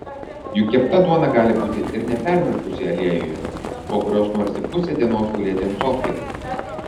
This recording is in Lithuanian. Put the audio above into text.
juk kepta duona gali būti ir nepermirkusi aliejuje po kurios norisi pusę dienos gulėti ant sofkės